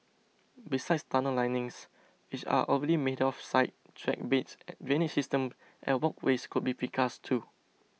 besides tunnel linings which are already made off site track beds drainage systems and walkways could be precast too